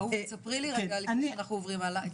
אהובה תסבירי רגע לפניי שאנחנו עוברים הלאה.